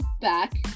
back